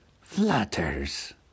flutters